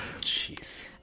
Jeez